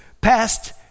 past